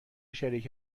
شریک